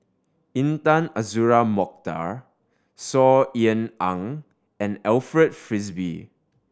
Intan Azura Mokhtar Saw Ean Ang and Alfred Frisby